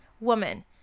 woman